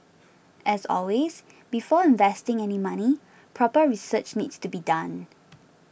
as always before investing any money proper research needs to be done